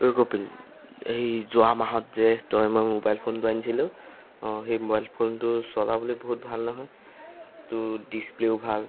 ঐ কপিল এই যোৱা মাহত যে তয়ে ময়ে মোবাইল ফোনটো আনিছিলোঁ অঁ সেই মোবাইল ফোনটো চলাবল বহুত ভাল নহয় তোৰ ডিচপ্লেও ভাল